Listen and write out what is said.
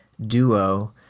duo